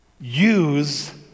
Use